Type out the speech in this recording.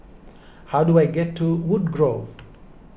how do I get to Woodgrove